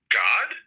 god